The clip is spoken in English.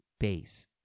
base